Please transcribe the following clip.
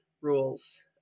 rules